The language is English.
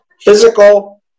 physical